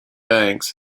banks